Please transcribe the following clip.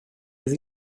las